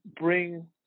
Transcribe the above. bring